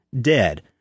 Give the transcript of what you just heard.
dead